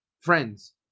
Friends